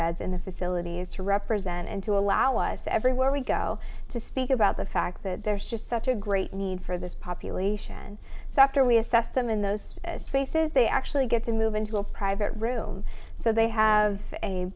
in the facilities to represent and to allow us everywhere we go to speak about the fact that there's just such a great need for this population so after we assess them in those spaces they actually get to move into a private room so they have a